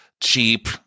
cheap